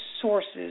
sources